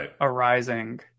arising